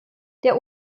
der